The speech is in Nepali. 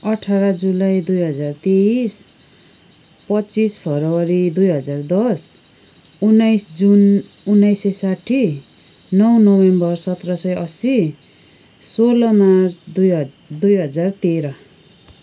अठार जुलाई दुई हजार तेइस पच्चिस फेब्रुअरी दुई हजार दस उन्नाइस जुन उन्नाइस सय साठी नौ नोभेम्बर सत्र सय अस्सी सोह्र मार्च दुई हजार दुई हजार तेह्र